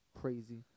Crazy